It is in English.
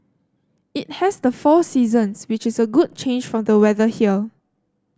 it has the four seasons which is a good change from the weather here